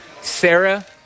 Sarah